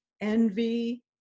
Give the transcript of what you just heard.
envy